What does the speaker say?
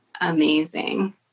amazing